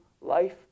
life